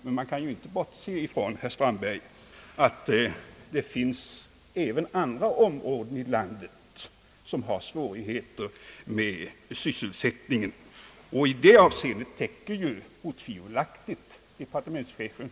Men man kan inte bortse från, herr Strandberg, att det även finns andra områden i landet som har svårigheter med sysselsättningen och som måste tillgodoses.